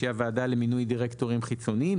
שהיא הוועדה למינוי דירקטורים חיצוניים,